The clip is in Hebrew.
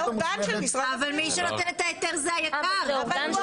מי שנותן את ההיתר, זה היק"ר.